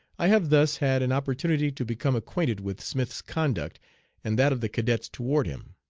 i have thus had an opportunity to become acquainted with smith's conduct and that of the cadets toward him.